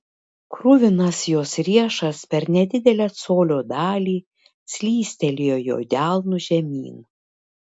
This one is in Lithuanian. kruvinas jos riešas per nedidelę colio dalį slystelėjo jo delnu žemyn